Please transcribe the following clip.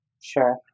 Sure